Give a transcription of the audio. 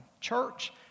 Church